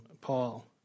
Paul